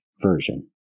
version